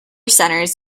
centres